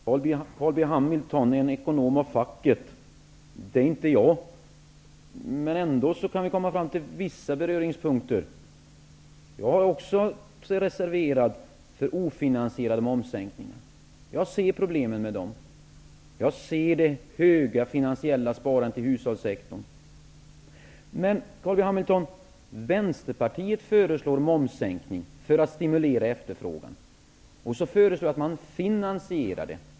Herr talman! Carl B Hamilton är en ekonom av facket. Det är inte jag. Ändå kan vi komma fram till vissa beröringspunkter. Jag är också reserverad inför ofinansierade momssänkningar. Jag ser problemen med dem. Jag ser det höga finansiella sparandet i hushållssektorn. Vänsterpartiet föreslår en momssänkning för att stimulera efterfrågan, Carl B Hamilton. Vi föreslår att man finansierar det.